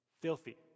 Filthy